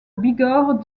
bigorre